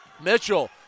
Mitchell